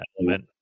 Element